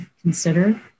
consider